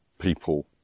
people